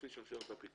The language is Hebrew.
על פי שרשרת הפיקוד.